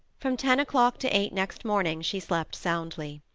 from ten o'clock to eight next morning she slept soundly.